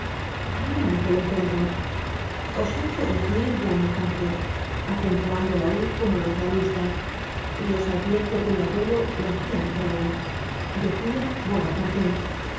hablemos del emperador os oigo decir buonaparte acentuando la u como los realistas y os advierto que mi abuelo lo hacia mejor aun decia